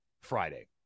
Friday